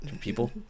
people